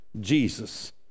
Jesus